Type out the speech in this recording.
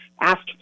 asked